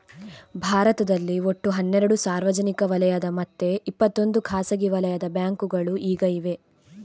ಭಾರತದಲ್ಲಿ ಒಟ್ಟು ಹನ್ನೆರಡು ಸಾರ್ವಜನಿಕ ವಲಯದ ಮತ್ತೆ ಇಪ್ಪತ್ತೊಂದು ಖಾಸಗಿ ವಲಯದ ಬ್ಯಾಂಕುಗಳು ಈಗ ಇವೆ